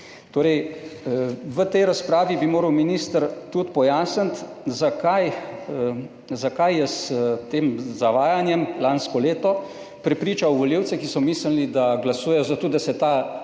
Torej, v tej razpravi bi moral minister tudi pojasniti, zakaj je s tem zavajanjem lansko leto prepričal volivce, ki so mislili, da glasujejo za to, da se